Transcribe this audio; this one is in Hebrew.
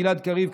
גלעד קריב,